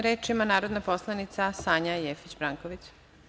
Reč ima narodna poslanica Sanja Jefić Branković.